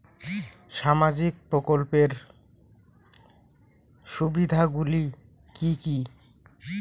সামাজিক প্রকল্পের সুবিধাগুলি কি কি?